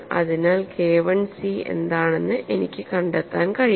അതിനാൽ KIc എന്താണെന്ന് എനിക്ക് കണ്ടെത്താൻ കഴിയും